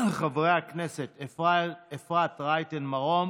חברת הכנסת אפרת רייטן מרום